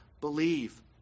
believe